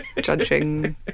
judging